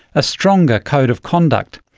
a stronger code of conduct,